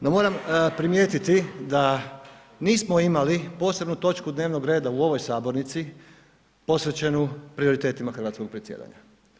No moram primijetiti da nismo imali posebnu točku dnevnog reda u ovoj sabornici posvećenu prioritetima hrvatskog predsjedanja.